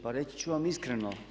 Pa reći ću vam iskreno.